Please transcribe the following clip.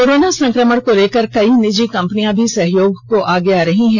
corona संक्रमण को लेकर कई निजी कंपनियां भी सहयोग को आगे आ रही हैं